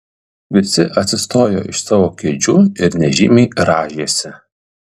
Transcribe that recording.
visi atsistojo iš savo kėdžių ir nežymiai rąžėsi